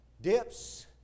dips